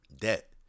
Debt